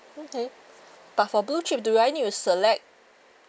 okay but for blue chip do I need to select